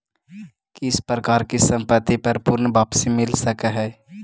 किस प्रकार की संपत्ति पर पूर्ण वापसी मिल सकअ हई